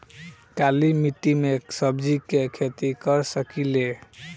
काली मिट्टी में सब्जी के खेती कर सकिले?